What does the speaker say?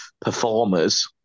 performers